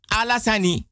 alasani